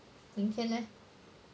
明天 leh